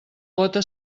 gota